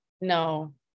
No